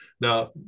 Now